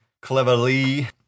cleverly